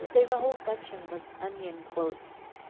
there's a whole section with onion quotes.